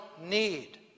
need